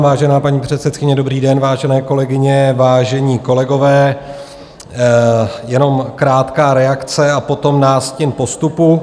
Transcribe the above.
Vážená paní předsedkyně, dobrý den, vážené kolegyně, vážení kolegové, jenom krátká reakce a potom nástin postupu.